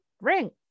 ring